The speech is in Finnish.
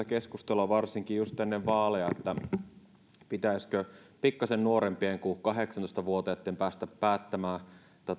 keskustelua varsinkin just ennen vaaleja että pitäisikö pikkasen nuorempien kuin kahdeksantoista vuotiaitten päästä päättämään